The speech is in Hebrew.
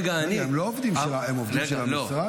הם עובדים של המשרד?